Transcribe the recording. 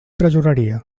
tresoreria